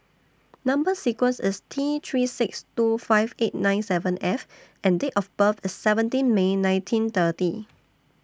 Number sequence IS T three six two five eight nine seven F and Date of birth IS seventeen May nineteen thirty